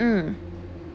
mm